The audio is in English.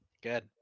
Good